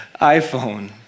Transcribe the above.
iPhone